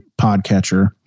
podcatcher